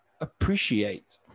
appreciate